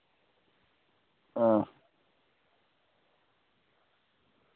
हां